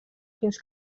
fins